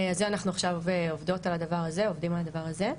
אנחנו עכשיו עובדים על הדבר הזה.